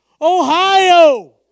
Ohio